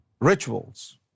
rituals